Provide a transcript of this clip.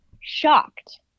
shocked